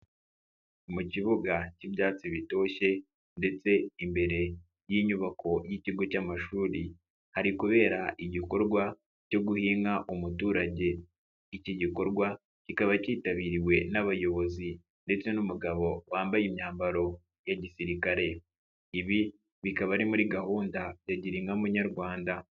Mu kibuga cy'ibyatsi bitoshye ndetse imbere y'inyubako y'ikigo cy'amashuri, hari kubera igikorwa cyo guhinga umuturage, iki gikorwa kikaba cyitabiriwe n'abayobozi ndetse n'umugabo wambaye imyambaro ya gisirikare, ibi bikaba ari muri gahunda ya girinka munyarwanda.